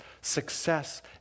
Success